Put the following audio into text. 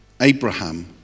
Abraham